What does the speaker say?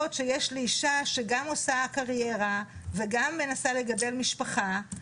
שיש לאישה שגם עושה קריירה וגם מנסה לגדל משפחה.